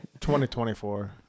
2024